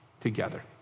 together